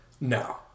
No